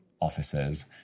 offices